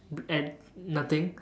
at nothing